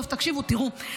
טוב, תקשיבו, תראו.